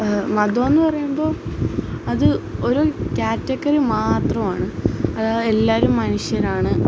മതമെന്ന് പറയുമ്പോൾ അത് ഒരു കാറ്റഗറി മാത്രമാണ് അത് എല്ലാവരും മനുഷ്യരാണ്